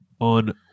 on